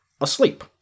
asleep